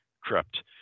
crypt